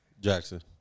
Jackson